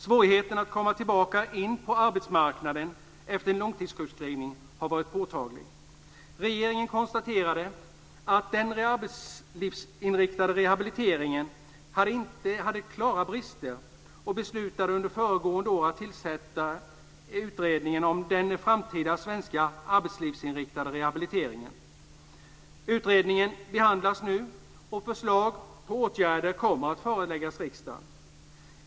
Svårigheten att komma tillbaka till arbetsmarknaden efter en långtidssjuksskrivning har varit påtaglig. Regeringen konstaterade att den arbetslivsinriktade rehabiliteringen hade klara brister och beslutade under föregående år att tillsätta en utredning, Utredningen om den arbetslivsinriktade rehabiliteringen. Utredningen behandlas nu och förslag till åtgärder kommer att föreläggas riksdagen.